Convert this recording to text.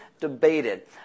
debated